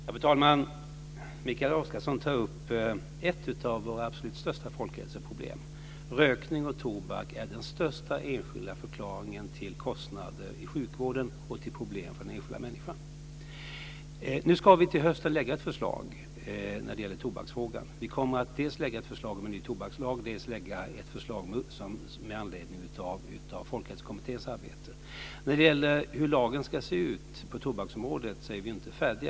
Fru talman! Mikael Oscarsson tar upp ett av våra absolut största folkhälsoproblem. Rökning och tobak är den största enskilda förklaringen till kostnader i sjukvården och till problem för den enskilda människan. Nu ska vi lägga fram ett förslag i tobaksfrågan till hösten. Vi kommer att dels lägga fram ett förslag om en ny tobakslag, dels lägga fram ett förslag med anledning av Folkhälsokommitténs arbete. Vi är inte färdiga med hur lagen ska se ut på tobaksområdet.